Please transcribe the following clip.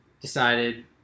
decided